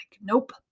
nope